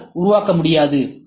C யால் உருவாக்க முடியாது